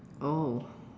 oh